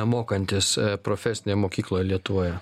mokantis profesinėje mokykloje lietuvoje